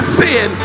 sin